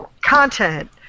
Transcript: content